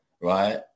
right